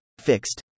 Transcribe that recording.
Fixed